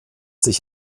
sich